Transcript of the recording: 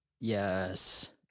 Yes